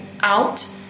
out